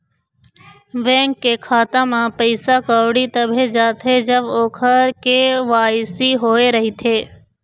bank के खाता म पइसा कउड़ी तभे जाथे जब ओखर के.वाई.सी होए रहिथे